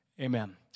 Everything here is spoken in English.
Amen